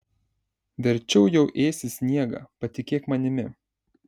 verčiau jau ėsi sniegą patikėk manimi